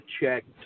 checked